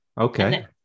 Okay